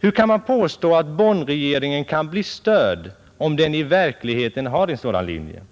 Hur kan man påstå att Bonnregeringen kan bli ”störd” om den i verkligheten har en sådan linje?